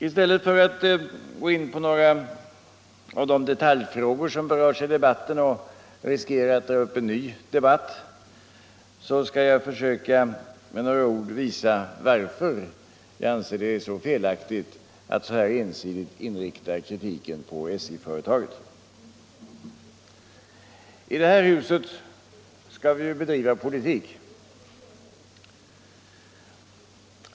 I stället för att gå in på några av de detaljfrågor som berörts i debatten och riskera att dra upp en ny debatt skall jag med några ord försöka visa varför det är så felaktigt att ensidigt inrikta kritiken på SJ-företaget. I det här huset skall vi ju bedriva politik.